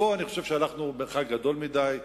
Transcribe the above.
ופה אני חושב שהלכנו מרחק גדול מדי.